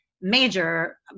major